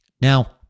now